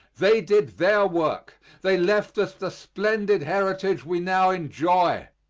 they did their work they left us the splendid heritage we now enjoy.